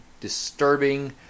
disturbing